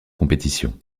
compétition